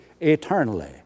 eternally